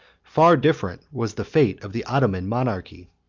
far different was the fate of the ottoman monarchy.